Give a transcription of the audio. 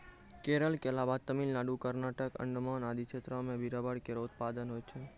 केरल क अलावा तमिलनाडु, कर्नाटक, अंडमान आदि क्षेत्रो म भी रबड़ केरो उत्पादन होय छै